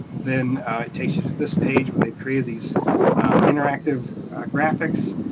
then it takes you to this page where they created these interactive graphics.